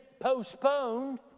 postponed